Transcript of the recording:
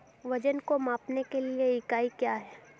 वजन को मापने के लिए इकाई क्या है?